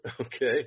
Okay